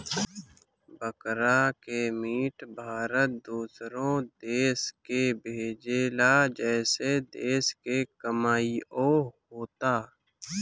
बकरा के मीट भारत दूसरो देश के भेजेला जेसे देश के कमाईओ होता